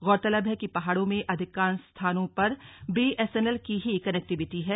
गौरतलब है कि पहाड़ों में अधिकांश स्थानों पर बीएसएनएल की ही कनेक्टिविटी है